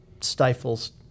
stifles –